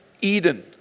Eden